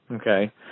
Okay